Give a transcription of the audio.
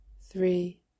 three